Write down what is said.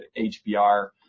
HBR